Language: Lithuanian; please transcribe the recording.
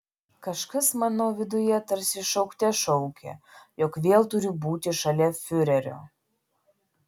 kažkas mano viduje tarsi šaukte šaukė jog vėl turiu būti šalia fiurerio